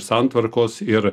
santvarkos ir